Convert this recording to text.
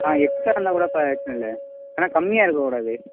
ஆ extra இருந்தால் கூட பிரச்சனை இல்லை ஆனால் கம்மியாக இருக்கக்கூடாது